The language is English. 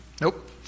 Nope